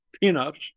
peanuts